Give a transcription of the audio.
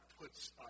puts